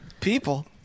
People